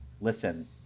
listen